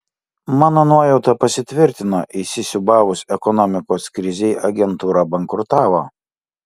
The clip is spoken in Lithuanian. mano nuojauta pasitvirtino įsisiūbavus ekonomikos krizei agentūra bankrutavo